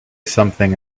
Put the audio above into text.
something